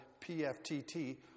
PFTT